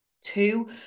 two